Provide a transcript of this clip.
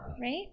Right